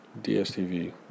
DSTV